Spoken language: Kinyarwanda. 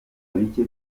bike